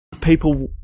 People